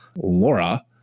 Laura